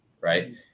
right